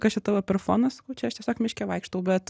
kas čia tavo per fonas sakau čia aš tiesiog miške vaikštau bet